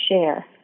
share